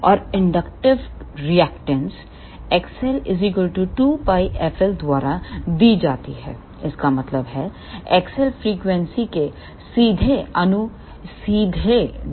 और inductive reactance XL2πfL द्वारा दी जाती है इसका मतलब है XL फ्रीक्वेंसी के सीधे प्रोपोर्शनल है